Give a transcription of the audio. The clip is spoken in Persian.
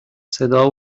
صدا